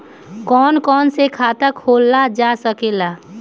कौन कौन से खाता खोला जा सके ला?